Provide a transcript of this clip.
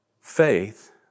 faith